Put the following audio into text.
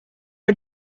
are